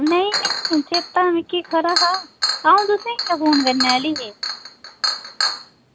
नेईं नेईं चेत्ता मिगी खरा हा अंऊ तुसेंगी गै फोन करने आह्ली ही